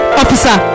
officer